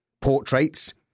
portraits